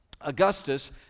Augustus